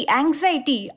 anxiety